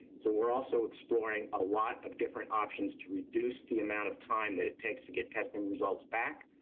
so we're also exploring a lot of different options to reduce the amount of time that it takes to get testing results back.